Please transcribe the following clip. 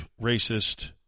racist